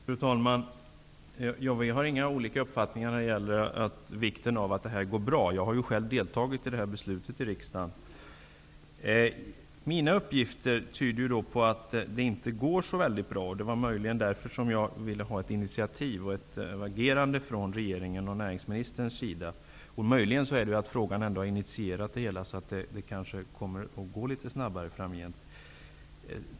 Fru talman! Vi har inga olika uppfattningar om vikten av att det här går bra. Jag har ju själv deltagit i beslutet i riksdagen. Mina uppgifter tyder dock på att det inte går så bra, och det var därför som jag ville få en reaktion och ett initiativ från näringsministerns sida. Möjligen har min fråga initierat något sådant, så att det kommer att gå litet snabbare framgent.